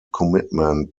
commitment